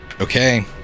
Okay